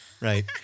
right